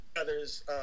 other's